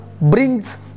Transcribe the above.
brings